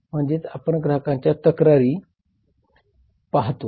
म्हणजे आपण ग्राहकांच्या तक्रारी पाहतोत